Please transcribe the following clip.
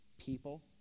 people